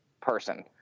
person